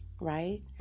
right